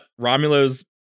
Romulo's